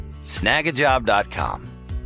Snagajob.com